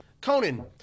Conan